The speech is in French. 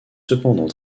cependant